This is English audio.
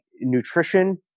nutrition